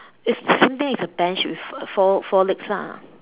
it's the same thing it's a bench with four four legs lah